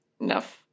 enough